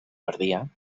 perdia